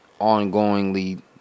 ongoingly